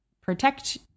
protect